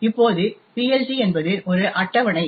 இப்போது PLT என்பது ஒரு அட்டவணை